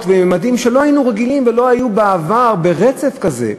ולממדים שלא היינו רגילים ולא היו בעבר ברצף כזה,